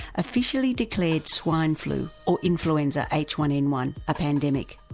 officially declared swine flu or influenza h one n one a pandemic.